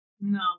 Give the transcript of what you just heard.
No